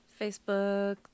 Facebook